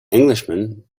englishman